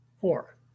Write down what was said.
Four